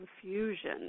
confusion